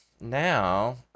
Now